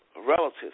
relatives